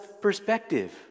perspective